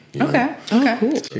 okay